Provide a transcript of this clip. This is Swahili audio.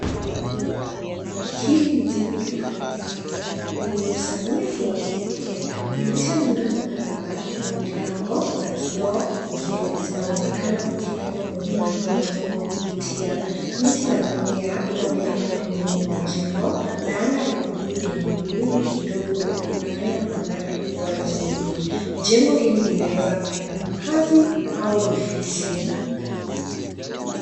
Hili ni jengo refu la kisasa lenye usanifu wa kipekee. Dirisha nyingi ya mraba na milango za kioo zinaonekana zikifanya muonekano wa jengo kuvutia. Miti na mimea inaonekana pembeni mwa jengo na anga la buluu lenye mawingu kidogo linafanya mandhari kuwa nzuri. Jengo hili linaweza kuwa la makazi au ofisi.